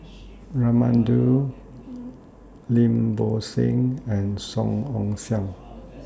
Raman Daud Lim Bo Seng and Song Ong Siang